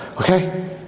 Okay